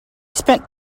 spent